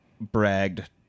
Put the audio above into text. bragged